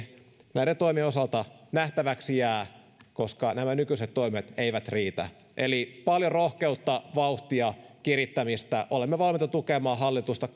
näiden toimien osalta nähtäväksi jää koska nämä nykyiset toimet eivät riitä eli paljon rohkeutta vauhtia kirittämistä olemme valmiita tukemaan hallitusta